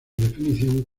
definición